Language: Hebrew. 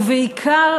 ובעיקר,